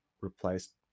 replaced